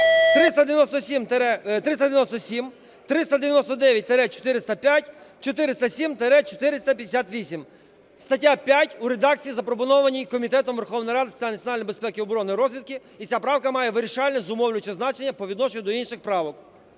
397, 399-405, 407-458. Стаття 5 в редакції, запропонованій Комітетом Верховної Ради з питань національної безпеки, оборони і розвідки, і ця правка має вирішальне, зумовлююче значення по відношенню до інших правок.